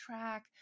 track